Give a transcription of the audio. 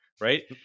right